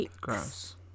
Gross